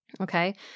Okay